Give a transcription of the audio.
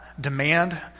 demand